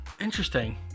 Interesting